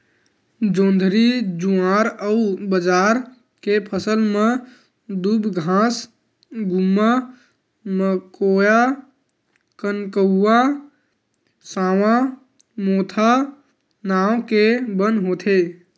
जोंधरी, जुवार अउ बाजरा के फसल म दूबघास, गुम्मा, मकोया, कनकउवा, सावां, मोथा नांव के बन होथे